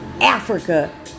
Africa